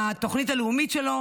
בתוכנית הלאומית שלו,